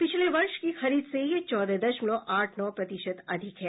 पिछले वर्ष की खरीद से यह चौदह दशमलव आठ नौ प्रतिशत अधिक है